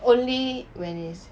only when is